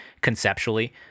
conceptually